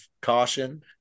caution